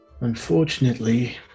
Unfortunately